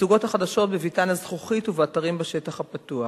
בתצוגות החדשות בביתן הזכוכית ובאתרים בשטח הפתוח.